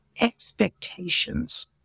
expectations